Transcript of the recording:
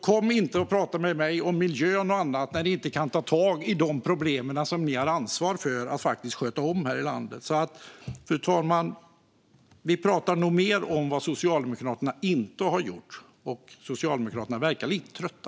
Kom inte och prata med mig om miljön och annat när ni inte kan ta tag i de problem som ni har ansvar för att sköta om här i landet! Fru talman! Vi pratar nog mer om vad Socialdemokraterna inte har gjort. Socialdemokraterna verkar lite trötta.